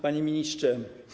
Panie Ministrze!